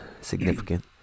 significant